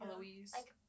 Louise